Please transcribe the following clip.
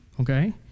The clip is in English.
okay